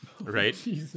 right